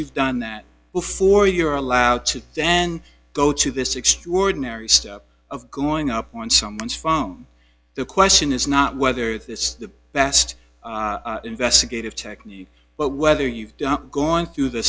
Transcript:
you've done that before you're allowed to dan go to this extraordinary step of going up on someone's phone the question is not whether this is the best investigative technique but whether you've gone through the